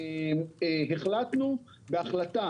ממשלה, החלטנו בהחלטה